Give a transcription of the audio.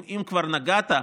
אם כבר נגעת,